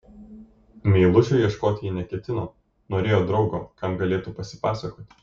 meilužio ieškoti ji neketino norėjo draugo kam galėtų pasipasakoti